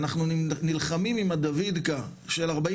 ואנחנו נלחמים עם הדוידקה של 48